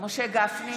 משה גפני,